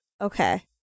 Okay